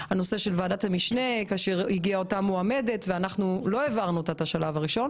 בוועדת המשנה לא העברנו את השלב הראשון